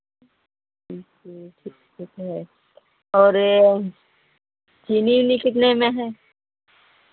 अच्छा ठीक ठीक है और चीनी ऊनी कितने में है